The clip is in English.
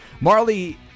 Marley